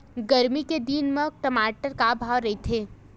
गरमी के दिन म टमाटर का भाव रहिथे?